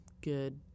good